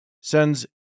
sends